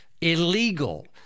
illegal